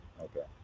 Okay